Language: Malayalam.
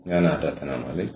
എന്റെ പേര് ആരാധന മാലിക്